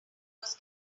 was